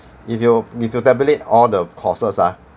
if you you tabulate all the costs are